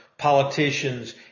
Politicians